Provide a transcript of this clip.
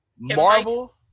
Marvel